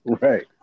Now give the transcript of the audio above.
Right